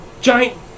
giant